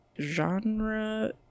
genre